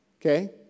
okay